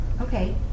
okay